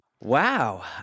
Wow